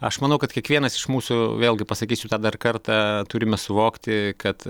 aš manau kad kiekvienas iš mūsų vėlgi pasakysiu tą dar kartą turime suvokti kad